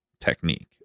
technique